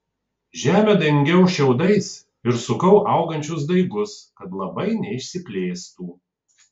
žemę dengiau šiaudais ir sukau augančius daigus kad labai neišsiplėstų